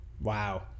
Wow